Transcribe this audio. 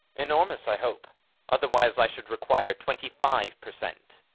enormous, i hope otherwise i shall require twenty-five per cent.